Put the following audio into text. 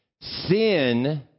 sin